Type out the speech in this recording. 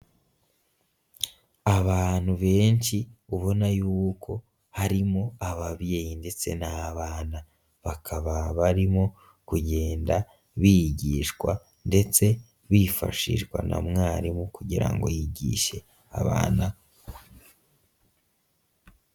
Abantu benshi ubona y'uko harimo ababyeyi ndetse n'abana, bakaba barimo kugenda bigishwa ndetse bifashishwa na mwarimu kugira ngo yigishe abana.